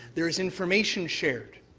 there's information shared.